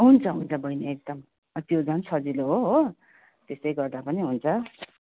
हुन्छ हुन्छ बहिनी एकदम त्यो झन् सजिलो हो हो त्यस्तै गर्दा पनि हुन्छ